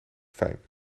fijn